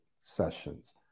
sessions